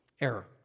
error